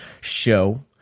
show